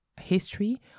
history